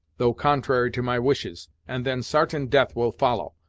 though contrary to my wishes, and then sartain death will follow.